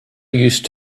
used